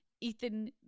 Ethan